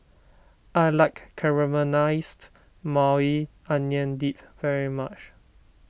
I like Caramelized Maui Onion Dip very much